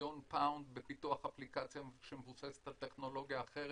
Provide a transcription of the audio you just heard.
מיליון פאונד בפיתוח אפליקציה שמבוססת על טכנולוגיה אחרת.